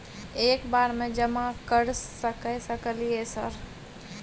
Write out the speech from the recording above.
एक बार में जमा कर सके सकलियै सर?